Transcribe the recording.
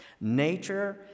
Nature